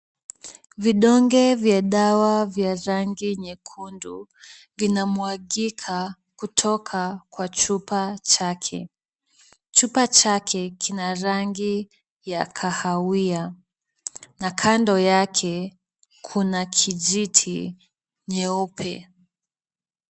Vidonge vya dawa vya rangi nyekundu, vinamwagika kutoka kwa chupa chake. Chupa chake kina rangi ya kahawia na kando yake kuna kijiti nyeupe.